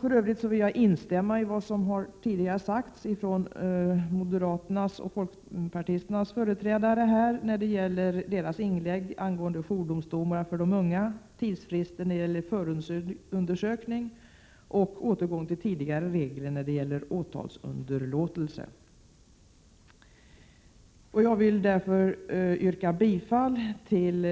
För övrigt vill jag instämma i vad som anförts från moderater och folkpartister i deras inlägg angående jourdomstolar för unga, tidsfrister under förundersökning och återgång till tidigare regler om åtalsunderlåtelse. Jag vill därför yrka bifall till de